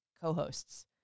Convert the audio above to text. co-hosts